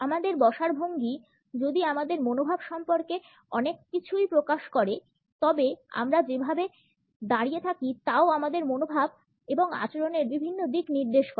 আমাদের বসার ভঙ্গি যদি আমাদের মনোভাব সম্পর্কে অনেক কিছু প্রকাশ করে তবে আমরা যেভাবে দাঁড়িয়ে থাকি তাও আমাদের মনোভাব এবং আচরণের বিভিন্ন দিক নির্দেশ করে